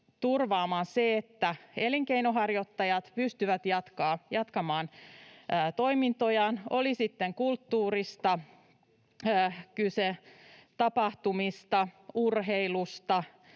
turvaamaan se, että elinkeinonharjoittajat pystyvät jatkamaan toimintojaan, oli sitten kyse kulttuurista, tapahtumista, urheilusta,